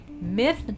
Myth